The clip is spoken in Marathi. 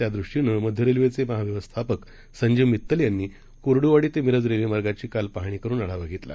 त्यादृष्टीनंमध्यरेल्वेचेमहाव्यवस्थापकसंजीवमित्तलयांनीकुर्डूवाडीतेमिरजरेल्वेमार्गाचीकालपाहणीकरूनआढावाघेतला